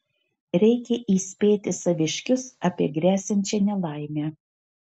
reikia įspėti saviškius apie gresiančią nelaimę